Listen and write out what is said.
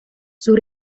sus